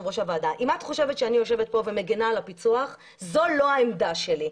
אם את חושבת שאני יושבת פה ומגינה על הפיצו"ח זו לא העמדה שלי.